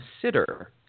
consider